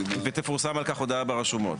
ותפורסם על כך הודעה ברשומות.